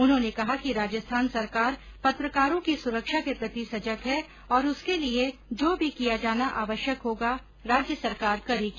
उन्होंने कहा कि राजस्थान सरकार पत्रकारों की सुरक्षा के प्रति सजग है और उसके लिये जो भी किया जाना आवश्यक होगा राज्य सरकार करेगी